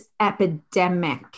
epidemic